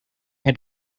had